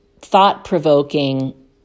thought-provoking